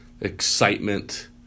excitement